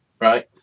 Right